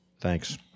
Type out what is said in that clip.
Thanks